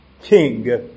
king